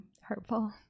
hurtful